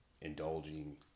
indulging